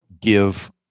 give